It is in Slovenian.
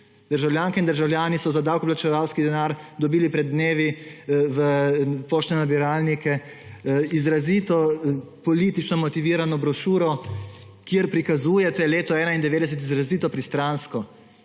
Državljanke in državljani so za davkoplačevalski denar dobili pred dnevi v poštne nabiralnike izrazito politično motivirano brošuro, kjer prikazujete leto 1991 izrazito pristransko